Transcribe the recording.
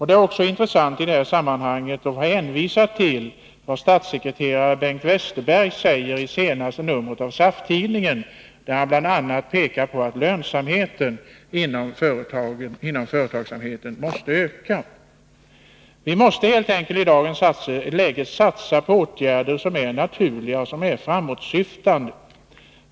Det är intressant i sammanhanget att hänvisa till vad statssekreterare Bengt Westerberg säger i senaste numret av SAF-tidningen, där han bl.a. pekar på att lönsamheten inom företagsamheten måste öka. Vi måste i dagens läge satsa på åtgärder som är naturliga och framåtsyftande.